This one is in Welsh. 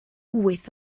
wyth